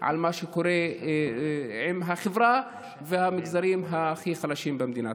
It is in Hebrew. על מה שקורה עם החברה והמגזרים הכי חלשים במדינה.